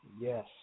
Yes